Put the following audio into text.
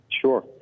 Sure